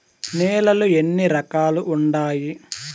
నేలలు ఎన్ని రకాలు వుండాయి?